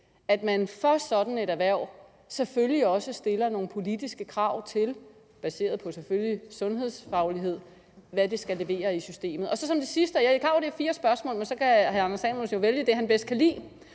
at man for sådan et erhverv selvfølgelig også stiller nogle politiske krav til – selvfølgelig baseret på sundhedsfaglighed – hvad det skal levere i systemet. Som det sidste: Jeg er klar over, at det er fire spørgsmål, men så kan hr. Anders Samuelsen jo vælge det, han bedst kan lide,